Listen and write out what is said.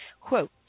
Quote